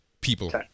people